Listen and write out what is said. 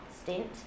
stint